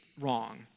wrong